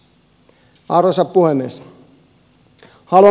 arvoisa puhemies